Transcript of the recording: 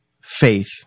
faith